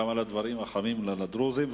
גם על הדברים החמים על הדרוזים.